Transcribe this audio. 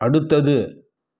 அடுத்தது